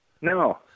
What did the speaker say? No